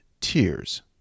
tears